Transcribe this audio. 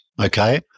Okay